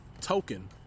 token